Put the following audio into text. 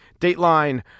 Dateline